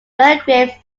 belgrave